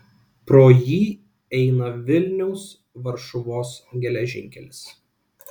pro jį eina vilniaus varšuvos geležinkelis